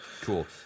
Cool